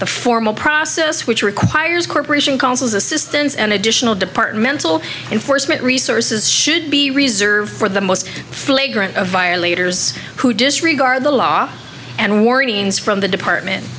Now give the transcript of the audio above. the formal process which requires corporation counsels assistance and additional departmental enforcement resources should be reserved for the most flagrant of violators who disregard the law and warnings from the department